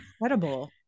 Incredible